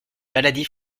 maladie